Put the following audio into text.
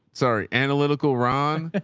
sorry. analytical ron.